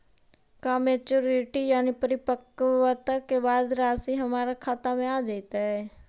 का मैच्यूरिटी यानी परिपक्वता के बाद रासि हमर खाता में आ जइतई?